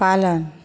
पालन